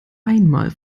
einmal